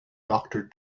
doctor